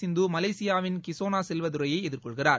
சிந்து மலேசியாவின் கிசோனா செல்வதுரையை எதிர்கொள்கிறார்